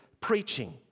preaching